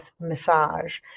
massage